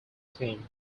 team